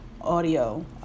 audio